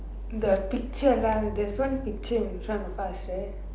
the picture lah there's one picture in front of us right